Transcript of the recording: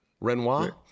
Renoir